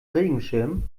regenschirm